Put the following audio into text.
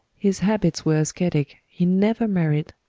his habits were ascetic, he never married,